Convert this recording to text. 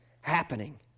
happening